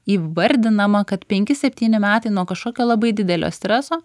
įvardinama kad penki septyni metai nuo kažkokio labai didelio streso